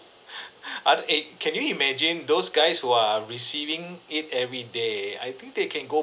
R eight can you imagine those guys who are receiving it every day I think they can go